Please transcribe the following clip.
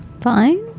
Fine